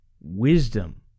wisdom